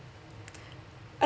I